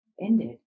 ended